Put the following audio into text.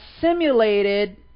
simulated